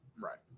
Right